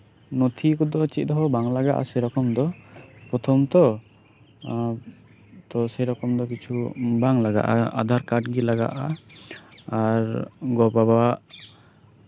ᱯ ᱱᱚᱛᱷᱤ ᱠᱚᱫᱚ ᱪᱮᱫ ᱦᱚᱸᱜᱮ ᱵᱟᱝ ᱞᱟᱜᱟᱜᱼᱟ ᱥᱮᱨᱚᱠᱚᱢ ᱫᱚ ᱯᱨᱚᱛᱷᱚᱢ ᱛᱚ ᱥᱮᱨᱚᱠᱚᱢ ᱫᱚ ᱠᱤᱪᱷᱩ ᱵᱟᱝ ᱞᱟᱜᱟᱜᱼᱟ ᱟᱫᱷᱟᱨ ᱠᱟᱨᱰ ᱜᱮ ᱞᱟᱜᱟᱜᱼᱟ ᱜᱚ ᱵᱟᱵᱟ ᱟᱜ